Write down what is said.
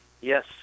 Yes